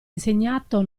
insegnato